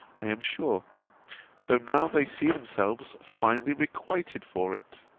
i am sure though now they see themselves finely requited for it.